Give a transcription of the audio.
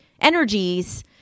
energies